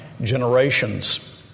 generations